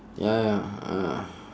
ya ya uh